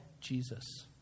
Jesus